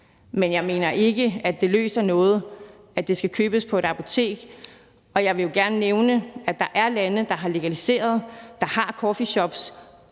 men jeg mener ikke, at det løser noget, at det skal købes på et apotek. Jeg vil gerne nævne, at der er lande, der har legaliseret cannabis og har coffeeshops